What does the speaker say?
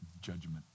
judgment